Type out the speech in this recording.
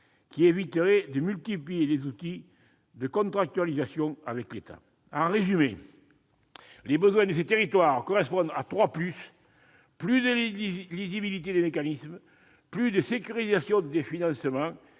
qui éviterait de multiplier les outils de contractualisation avec l'État ! En résumé, les besoins de ces territoires correspondent à trois « plus »: plus de lisibilité des mécanismes, plus de sécurisation des financements